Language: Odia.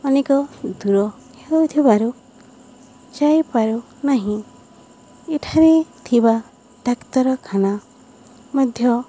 ଅନେକ ଦୂର ହେଉଥିବାରୁ ଯାଇପାରୁନାହିଁ ଏଠାରେ ଥିବା ଡାକ୍ତରଖାନା ମଧ୍ୟ